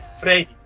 Freddy